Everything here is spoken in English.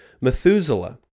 Methuselah